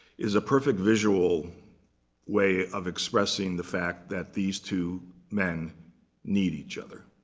is a perfect visual way of expressing the fact that these two men need each other.